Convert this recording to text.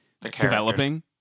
developing